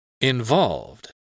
Involved